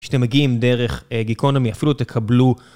כשאתם מגיעים דרך גיקונומי אפילו תקבלו.